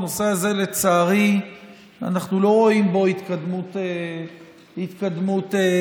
בנושא הזה לצערי אנחנו לא רואים התקדמות דרמטית.